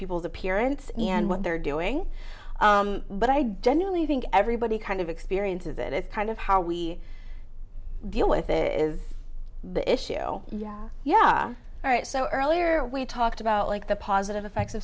people's appearance and what they're doing but i don't really think everybody kind of experiences it it's kind of how we deal with it is the issue yeah yeah all right so earlier we talked about like the positive effects